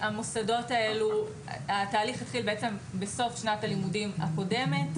התהליך התחיל בסוף שנת הלימודים הקודמת,